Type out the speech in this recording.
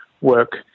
work